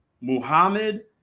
Muhammad